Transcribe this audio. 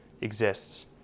exists